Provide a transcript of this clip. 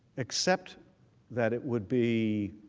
except that it would be